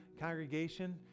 congregation